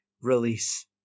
release